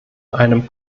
einem